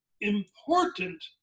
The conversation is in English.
important